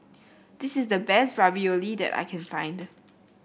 this is the best Ravioli that I can find